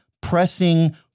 pressing